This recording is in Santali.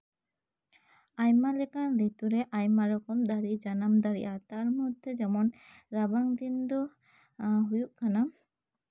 ᱟᱭᱢᱟ ᱨᱚᱠᱚᱢ ᱨᱤᱛᱩ ᱨᱮ ᱟᱭᱢᱟ ᱞᱮᱠᱟᱱ ᱫᱟᱨᱮ ᱡᱟᱱᱟᱢ ᱫᱟᱲᱮᱭᱟᱜᱼᱟ ᱛᱟᱨᱢᱚᱫᱽᱫᱷᱮ ᱡᱮᱢᱚᱱ ᱨᱟᱵᱟᱝ ᱫᱤᱱ ᱫᱚ ᱮ ᱦᱩᱭᱩᱜ ᱠᱟᱱᱟ